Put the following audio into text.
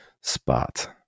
spot